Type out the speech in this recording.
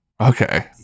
Okay